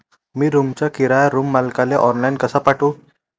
मी रूमचा किराया रूम मालकाले ऑनलाईन कसा पाठवू?